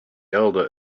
elder